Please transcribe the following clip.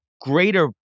greater